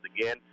again